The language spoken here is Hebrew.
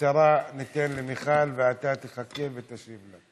שבקצרה ניתן למיכל, ואתה תחכה ותשיב לה.